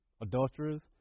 adulterers